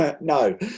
No